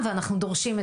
פשוט הזמן שלי מאוד קצר.